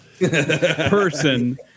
person